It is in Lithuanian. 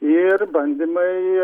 ir bandymai